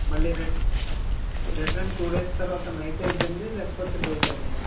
మళ్ళీ re return two days తర్వాత night అయిద్దండి లేకపోతే డే టైమ్ ఆ